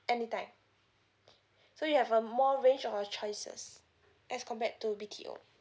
anytime so you have a more range of choices as compared to B_T_O